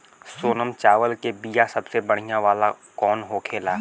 सोनम चावल के बीया सबसे बढ़िया वाला कौन होखेला?